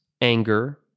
anger